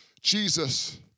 Jesus